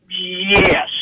Yes